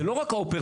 זה לא רק האופרציה.